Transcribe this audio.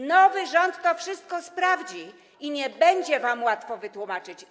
Nowy rząd to wszystko sprawdzi i nie będzie wam łatwo się wytłumaczyć.